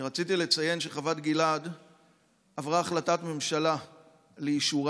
אני רציתי לציין שעברה החלטת ממשלה לאישורה